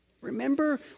Remember